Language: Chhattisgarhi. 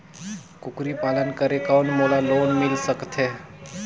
कूकरी पालन करे कौन मोला लोन मिल सकथे?